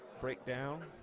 Breakdown